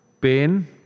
pain